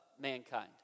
mankind